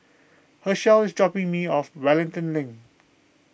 Hershel is dropping me off Wellington Link